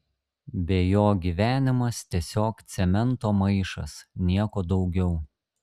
be jo gyvenimas tiesiog cemento maišas nieko daugiau